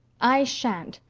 i shan't.